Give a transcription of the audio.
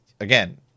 again